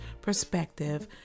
perspective